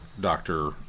Doctor